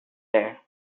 there